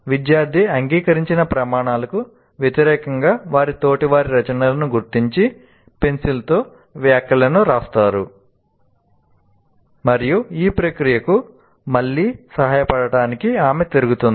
విద్యార్థి అంగీకరించిన ప్రమాణాలకు వ్యతిరేకంగా వారి తోటివారి రచనలను గుర్తించి పెన్సిల్లో వ్యాఖ్యలను వ్రాస్తారు మరియు ఈ ప్రక్రియకు మళ్లీ సహాయపడటానికి ఆమె తిరుగుతుంది